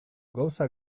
gauza